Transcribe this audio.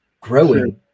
growing